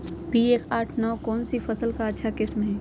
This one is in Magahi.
पी एक आठ नौ नौ कौन सी फसल का अच्छा किस्म हैं?